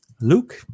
Luke